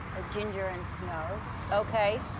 ah ginger and snow. ok.